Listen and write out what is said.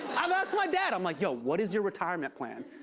i've asked my dad, i'm like, yo, what is your retirement plan?